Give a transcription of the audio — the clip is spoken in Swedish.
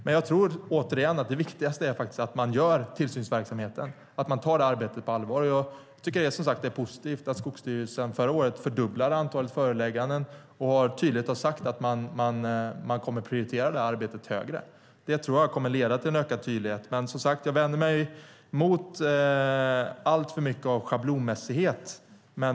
Men jag tror, återigen, att det viktigaste är att man tar arbetet med tillsynsverksamheten på allvar. Jag tycker som sagt att det är positivt att Skogsstyrelsen förra året fördubblade antalet förelägganden och att man tydligt har sagt att man kommer att prioritera det arbetet högre. Det tror jag kommer att leda till ökad tydlighet. Jag vänder mig som sagt mot alltför mycket schablonmässighet.